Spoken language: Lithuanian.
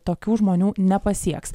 tokių žmonių nepasieks